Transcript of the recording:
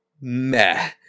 meh